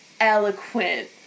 eloquent